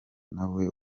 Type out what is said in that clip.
nawe